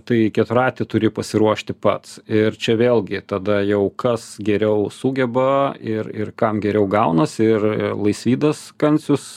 tai keturratį turi pasiruošti pats ir čia vėlgi tada jau kas geriau sugeba ir ir kam geriau gaunasi ir laisvydas kancius